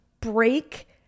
break